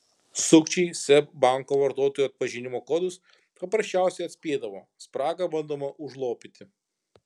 sukčiai seb banko vartotojų atpažinimo kodus paprasčiausiai atspėdavo spragą bandoma užlopyti